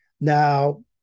Now